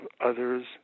others